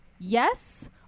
Yes